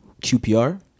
QPR